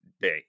day